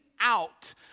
out